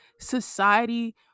society